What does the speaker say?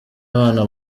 abana